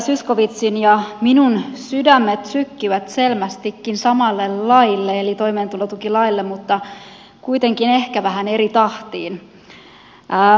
minun ja edustaja zyskowiczin sydämet sykkivät selvästikin samalle laille eli toimeentulotukilaille mutta kuitenkin ehkä vähän eri tahtiin